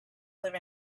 live